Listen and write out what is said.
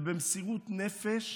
ובמסירות נפש